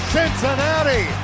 Cincinnati